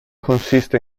consiste